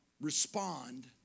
respond